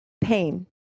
Pain